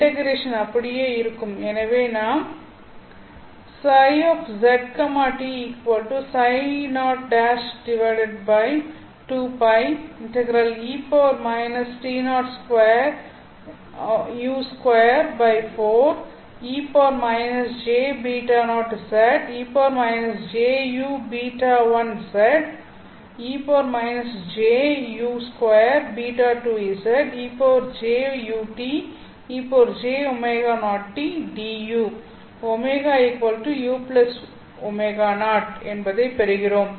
integration அப்படியே இருக்கும் எனவே நாம் என்பதை பெறுகிறோம்